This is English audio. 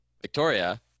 Victoria